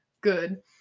good